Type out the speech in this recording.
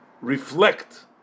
reflect